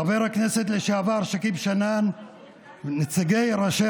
חבר הכנסת לשעבר שכיב שנאן ונציגי ראשי